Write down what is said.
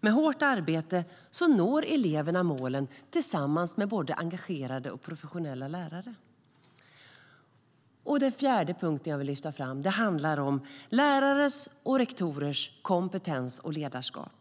Med hårt arbete når eleverna målen tillsammans med både engagerade och professionella lärare. Den fjärde delen jag vill lyfta fram handlar om lärares och rektorers kompetens och ledarskap.